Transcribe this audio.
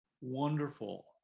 wonderful